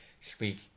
speak